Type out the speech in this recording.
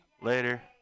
later